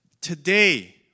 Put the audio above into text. today